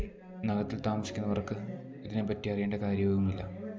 നഗരത്തിൽ താമസിക്കുന്നവർക്ക് ഇതിനെപ്പറ്റി അറിയേണ്ട കാര്യവുമില്ല